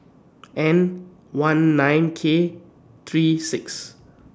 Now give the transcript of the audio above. N one nine K three six